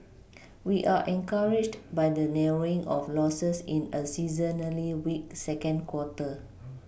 we are encouraged by the narrowing of Losses in a seasonally weak second quarter